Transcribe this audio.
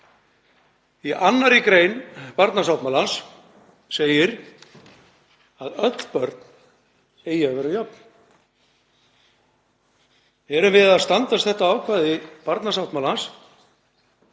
Í 2. gr. barnasáttmálans segir að öll börn eigi að vera jöfn. Erum við að standast þetta ákvæði barnasáttmálans